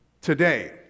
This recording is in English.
today